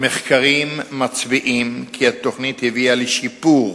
המחקרים מצביעים כי התוכנית הביאה לשיפור